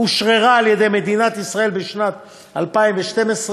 אושררה על-ידי מדינת ישראל בשנת 2012,